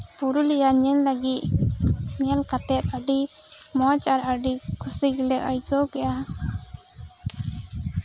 ᱯᱩᱨᱩᱞᱤᱭᱟ ᱧᱮᱞ ᱞᱟᱹᱜᱤᱫ ᱧᱮᱞ ᱠᱟᱛᱮ ᱟᱹᱰᱤ ᱢᱚᱸᱡ ᱟᱨ ᱟᱹᱰᱤ ᱠᱩᱥᱤ ᱜᱮᱞᱮ ᱟᱹᱭᱠᱟᱹᱣ ᱠᱮᱫᱟ